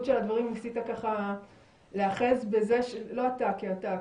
של הדברים ניסית ככה להיאחז בזה לא אתה כאתה,